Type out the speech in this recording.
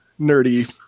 nerdy